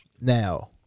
Now